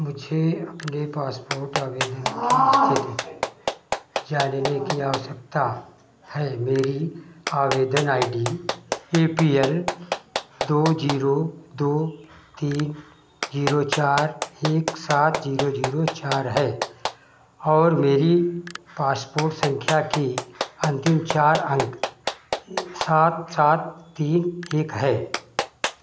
मुझे अपने पासपोर्ट आवेदन की इस्थिति जानने की आवस्यकता है मेरी आवेदन I D A P L दो ज़ीरो दो तीन ज़ीरो चार एक सात ज़ीरो ज़ीरो चार है और मेरी पासपोर्ट सँख्या के अन्तिम चार अंक सात सात तीन एक हैं